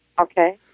Okay